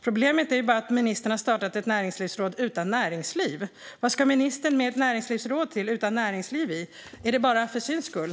Problemet är bara att ministern har startat ett näringslivsråd utan näringsliv. Vad ska ministern med ett näringslivsråd utan näringsliv till? Är det bara för syns skull?